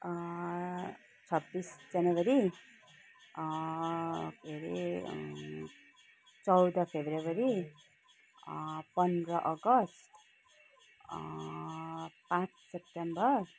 छब्बिस जनवरी के अरे चौध फेब्रुअरी पन्ध्र अगस्त पाँच सेप्टेम्बर